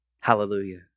hallelujah